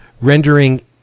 rendering